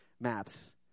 maps